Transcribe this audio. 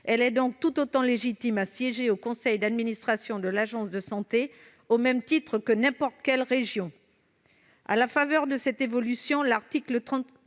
Elle est donc légitime à siéger au conseil d'administration de l'Agence de santé, au même titre que n'importe quelle région. À la faveur de cette évolution, l'article